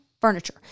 furniture